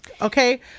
okay